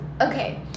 Okay